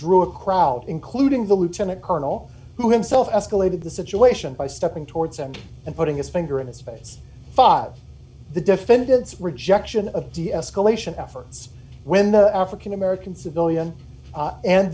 drew a crowd including the lieutenant colonel who himself escalated the situation by stepping towards him and putting his finger in his face five the defendant's rejection of deescalation efforts when the african american civilian and